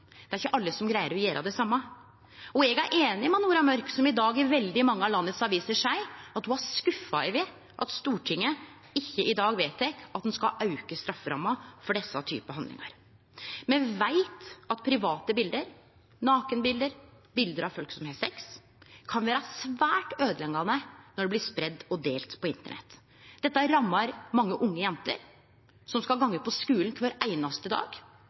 det er ikkje alle som greier å gjere det same. Og eg er einig med Nora Mørk, som i dag i veldig mange av landets aviser seier at ho er skuffa over at Stortinget ikkje i dag vedtek at ein skal auke strafferamma for desse typar handlingar. Me veit at private bilde, nakenbilde og bilde av folk som har sex, kan vere svært øydeleggjande når dei blir spreidde og delte på internett. Dette rammar mange unge jenter som skal gå på skulen kvar einaste dag